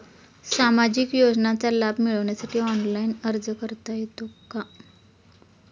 सामाजिक योजनांचा लाभ मिळवण्यासाठी ऑनलाइन अर्ज करता येतो का?